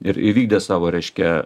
ir įvykdę savo reiškia